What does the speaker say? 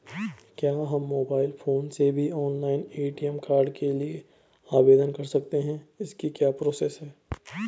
क्या हम mobile phone से भी ऑनलाइन ए.टी.एम कार्ड के लिए आवेदन कर सकते हैं इसकी क्या प्रोसेस है?